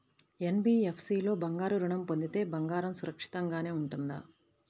NBFC లో బంగారు ఋణం పొందితే బంగారం సురక్షితంగానే ఉంటుందా?